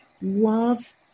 Love